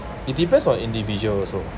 it depends on individual also